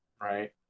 Right